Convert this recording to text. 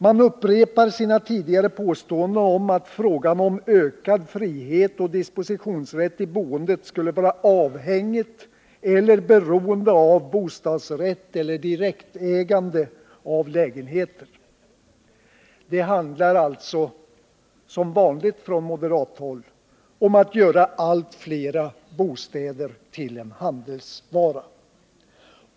Man upprepar sina tidigare påståenden om att frågan om ökad frihet och dispositionsrätt i boendet skulle vara avhängig eller beroende av bostadsrätt eller direktägande av lägenheter, Det handlar alltså — som vanligt från moderathåll — om att göra allt flera bostäder till en handelsvara.